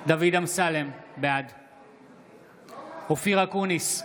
דוד אמסלם, בעד אופיר אקוניס,